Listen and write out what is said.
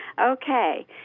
Okay